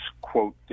quote